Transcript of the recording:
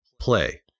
play